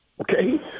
okay